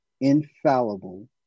infallible